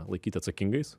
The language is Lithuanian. laikyti atsakingais